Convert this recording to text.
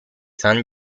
san